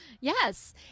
Yes